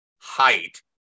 height